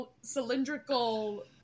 cylindrical